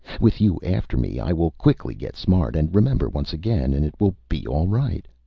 with you after me, i will quickly get smart and remember once again and it will be all right.